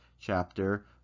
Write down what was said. chapter